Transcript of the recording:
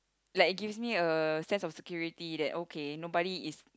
like it gives me a sense of security that okay nobody is